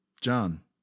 John